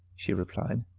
she replied,